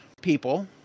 people